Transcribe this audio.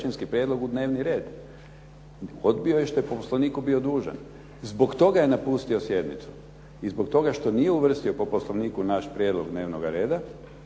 u dnevni red. Odbio je što je po Poslovniku bio dužan. Zbog toga je napustio sjednicu. I zbog toga što nije uvrstio po Poslovniku naš prijedlog dnevnoga reda,